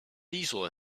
diesel